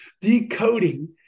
Decoding